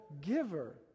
giver